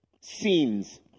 scenes